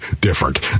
different